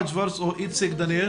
או איציק דניאל?